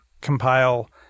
compile